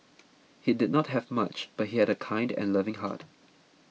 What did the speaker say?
he did not have much but he had a kind and loving heart